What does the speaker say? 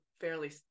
fairly